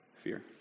fear